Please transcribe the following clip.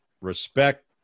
respect